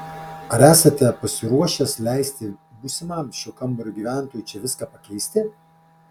ar esate pasiruošęs leisti būsimam šio kambario gyventojui čia viską pakeisti